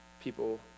people